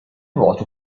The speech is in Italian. nuoto